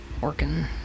working